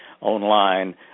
online